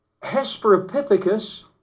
Hesperopithecus